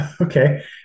okay